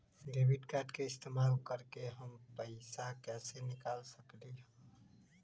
Debit card के इस्तेमाल करके हम पैईसा कईसे निकाल सकलि ह?